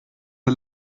der